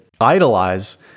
idolize